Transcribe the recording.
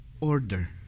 order